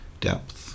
depth